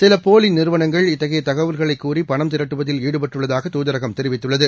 சில போலி றிறுவனங்கள் இத்தகைய தகவல்களைக் கூறி பணம் திரட்டுவதில் ஈடுபட்டுள்ளதாக தூதரகம் தெரிவித்துள்ளது